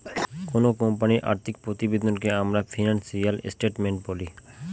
কোনো কোম্পানির আর্থিক প্রতিবেদনকে আমরা ফিনান্সিয়াল স্টেটমেন্ট বলি